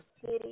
city